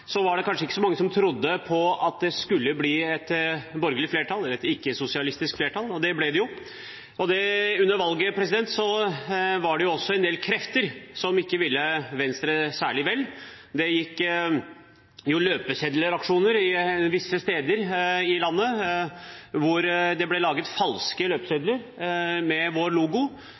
var det kanskje ikke så mange som trodde på at det skulle bli et borgerlig, ikke-sosialistisk, flertall, men det ble det jo. Under valget var det også en del krefter som ikke ville Venstre særlig vel. Det var løpeseddelaksjoner visse steder i landet. Det ble laget falske løpesedler med vår logo